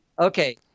Okay